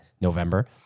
November